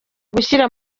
gushyira